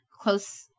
close